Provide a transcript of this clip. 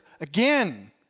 again